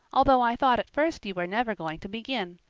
although i thought at first you were never going to begin.